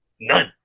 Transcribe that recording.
none